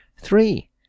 three